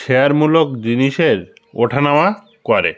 শেয়ারমূলক জিনিসের ওঠানামা করে